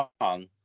wrong